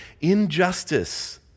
injustice